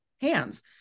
hands